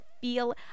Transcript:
feel